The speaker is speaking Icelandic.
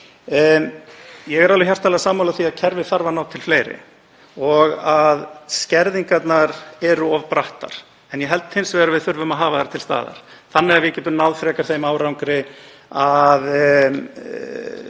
Ég er hjartanlega sammála því að kerfið þarf að ná til fleiri og að skerðingarnar séu of brattar. Ég held hins vegar að við þurfum að hafa þær til staðar þannig að við getum náð þeim árangri að